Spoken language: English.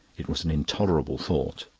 it was an intolerable thought.